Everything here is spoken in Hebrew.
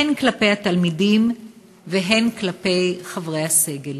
הן כלפי התלמידים והן כלפי חברי הסגל?